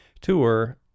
tour